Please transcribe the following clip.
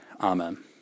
Amen